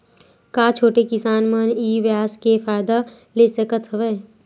का छोटे किसान मन ई व्यवसाय के फ़ायदा ले सकत हवय?